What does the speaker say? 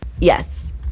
Yes